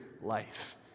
life